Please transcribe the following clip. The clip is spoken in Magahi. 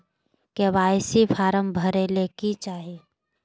के.वाई.सी फॉर्म भरे ले कि चाही?